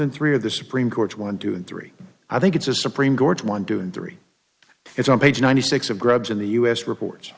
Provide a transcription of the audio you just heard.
and three of the supreme court's one two and three i think it's a supreme gorge one doing three it's on page ninety six of grabs in the us reports